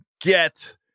get